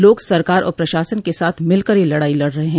लोग सरकार और प्रशासन के साथ मिलकर यह लड़ाई लड़ रहे हैं